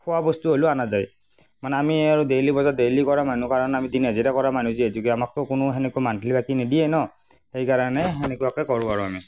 খোৱা বস্তু হ'লেও আনা যায় মানে আমি আৰু ডেইলি বজাৰ ডেইলি কৰা মানুহ কাৰণ আমি দিন হাজিৰা কৰা মানুহ যিহেতুকে আমাকটো কোনো তেনেকুৱাকে মন্থলী বাকী নিদিয়ে নহ সেইকাৰণে তেনেকুৱাকে কৰোঁ আৰু আমি